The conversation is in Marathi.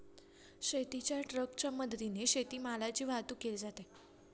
शेतीच्या ट्रकच्या मदतीने शेतीमालाची वाहतूक केली जाते